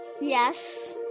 Yes